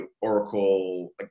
Oracle